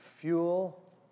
fuel